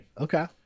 okay